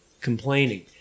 complaining